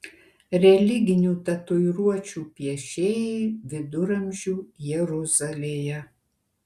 religinių tatuiruočių piešėjai viduramžių jeruzalėje